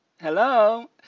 Hello